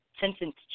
sentence